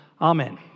Amen